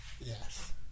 yes